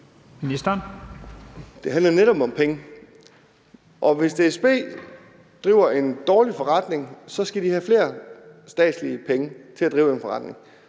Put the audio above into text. Det handler netop om penge. Og hvis DSB driver en dårlig forretning, skal de have flere statslige penge til at drive den forretning.